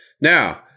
Now